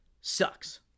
sucks